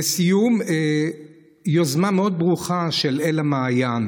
לסיום, יוזמה ברוכה מאוד של אל המעיין